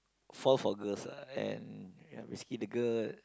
fall for girls ah and basically the girl